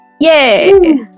Yay